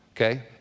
Okay